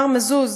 מר מזוז,